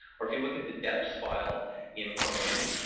or if you look at the depths file in chromium,